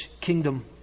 kingdom